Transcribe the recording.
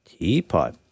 Teapot